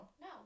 No